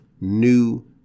new